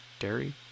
Dairy